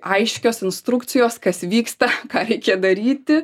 aiškios instrukcijos kas vyksta ką reikia daryti